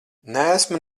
neesmu